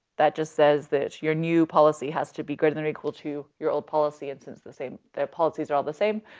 that just says your new policy has to be greater than or equal to your old policy. and since the same, their policies are all the same,